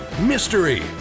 mystery